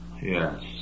yes